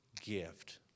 gift